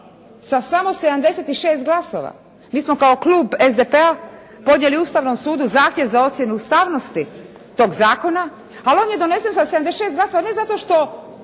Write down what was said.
sa samo 76 glasova. Mi smo kao klub SDP-a podnijeli Ustavnom sudu zahtjev za ocjenu ustavnosti tog zakona, ali on je donesen sa 76 glasova ne zato što